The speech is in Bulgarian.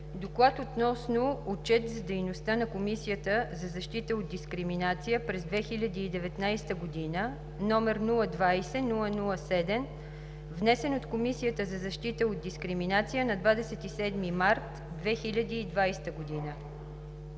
„ДОКЛАД относно Отчет за дейността на Комисията за защита от дискриминация през 2019 г., № 020-00-7, внесен от Комисията за защита от дискриминация на 27 март 2020 г.